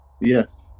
Yes